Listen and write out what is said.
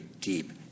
deep